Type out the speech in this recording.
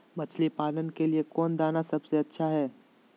मछली पालन के लिए कौन दाना सबसे अच्छा है?